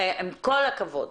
עם כל הכבוד,